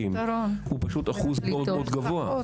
במקלטים הוא פשוט אחוז מאוד מאוד גבוה.